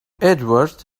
edward